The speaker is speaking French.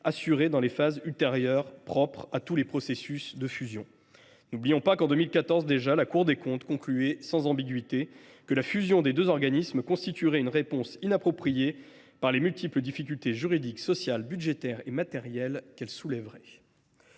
assurées dans les phases ultérieures propres aux processus de fusion. N’oublions pas que, en 2014 déjà, la Cour des comptes concluait sans ambiguïté que « la fusion des deux organismes constituerait une réponse inappropriée, par les multiples difficultés juridiques, sociales, budgétaires et matérielles qu’elle soulèverait